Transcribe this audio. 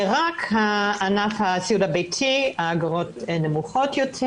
ורק בענף הסיעוד הביתי האגרות נמוכות יותר.